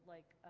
like